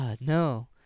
no